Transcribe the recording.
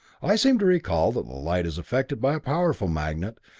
i seem to recall that light is affected by a powerful magnet,